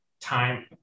time